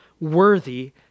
worthy